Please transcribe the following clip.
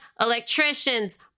electricians